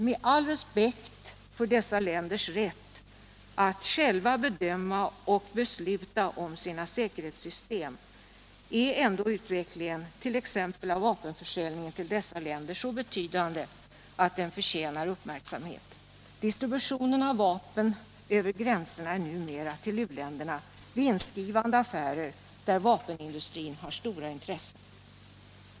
Med all respekt för dessa länders rätt att själva bedöma och besluta om sina säkerhetssystem är ändå utvecklingen t.ex. av vapenförsäljningen till dessa länder så betydande att den förtjänar uppmärksamhet. Distributionen av vapen över gränserna till u-länderna är numera vinstgivande affärer där vapenindustrin har stora intressen.